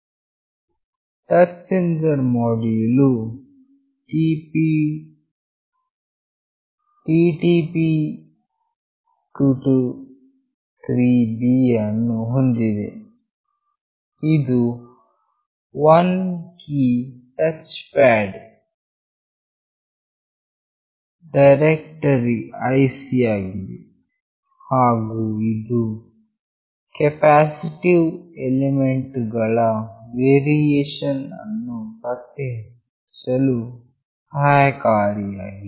touch sensor module ವು TTP223B ಅನ್ನು ಹೊಂದಿದೆ ಇದು 1 key touch pad detector IC ಆಗಿದೆ ಹಾಗು ಇದು ಕೆಪಾಸಿಟಿವ್ ಎಲಿಮೆಂಟ್ ಗಳ ವೇರಿಯೇಶನ್ ಅನ್ನು ಪತ್ತೆಹಚ್ಚಲು ಸಹಕಾರಿಯಾಗಿದೆ